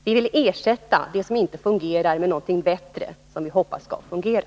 Vi vill ersätta det som inte fungerar med någonting bättre, som vi hoppas skall fungera.